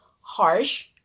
harsh